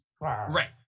Right